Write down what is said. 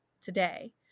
today